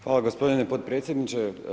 Hvala gospodine potpredsjedniče.